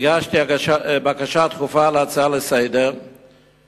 הגשתי בקשה דחופה להצעה לסדר-היום,